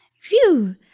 Phew